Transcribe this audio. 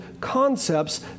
concepts